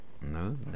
No